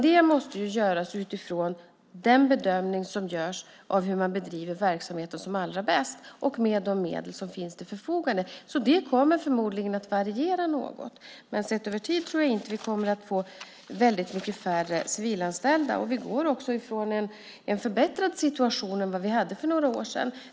Det måste göras utifrån den bedömning som görs av hur man bedriver verksamheten allra bäst och med de medel som står till förfogande. Det kommer förmodligen att variera något. Sett över tid tror jag inte att vi kommer att få mycket färre civilanställda. Vi har också en förbättrad situation jämfört med vad vi hade för några år sedan.